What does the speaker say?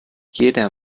jeder